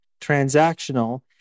transactional